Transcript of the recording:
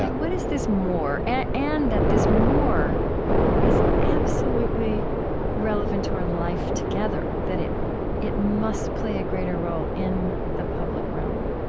what is this more? and and that this more is absolutely relevant to our life together that it it must play a greater role in the public realm